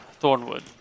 Thornwood